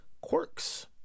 quirks